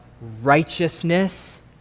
righteousness